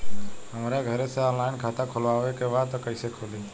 हमरा घरे से ऑनलाइन खाता खोलवावे के बा त कइसे खुली?